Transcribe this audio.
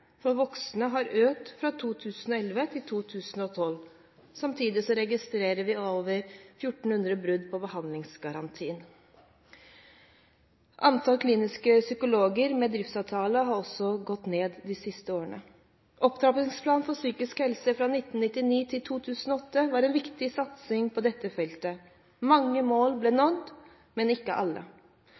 for voksne har økt fra 2011 til 2012. Samtidig registrerer vi over 1 400 brudd på behandlingsgarantien. Antall kliniske psykologer med driftsavtale har også gått ned de siste årene. Opptrappingsplanen for psykisk helse 1999–2008 var en viktig satsing på dette feltet. Mange mål ble nådd, men ikke alle.